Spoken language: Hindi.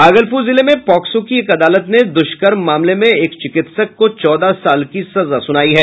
भागलपुर जिले में पॉक्सो की एक अदालत ने दुष्कर्म मामले में एक चिकित्सक को चौदह साल की सजा सुनायी है